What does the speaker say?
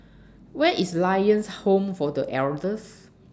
Where IS Lions Home For The Elders